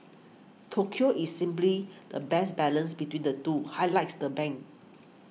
Tokyo is the best balance between the two highlights the bank